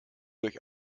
durch